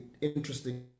interesting